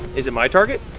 is it my target?